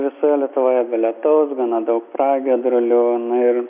visoje lietuvoje be lietaus gana daug pragiedrulių ir